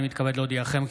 אני מתכבד להודיעכם,